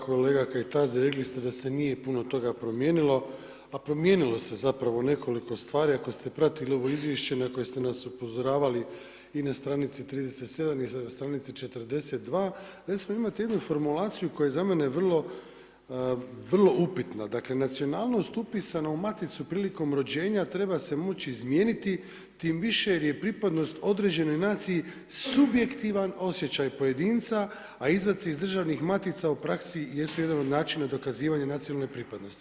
Kolega Kajtazi rekli ste da se nije puno toga promijenilo, a promijenilo se zapravo nekoliko stvari ako ste pratili ovo izvješće na koje ste nas upozoravali i na stranici 37. i stranici 42. recimo, imate jednu formulaciju koja je za mene vrlo upitna, dakle, nacionalnost upisana u Maticu prilikom rođenja treba se moći izmijeniti tim više jer je pripadnost određenoj naciji subjektivan osjećaj pojedinca, a izvaci iz Državnih matica u praksi jesu jedan od načina dokazivanja nacionalne pripadnosti.